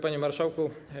Panie Marszałku!